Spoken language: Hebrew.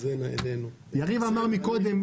יריב אמר קודם,